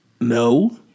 No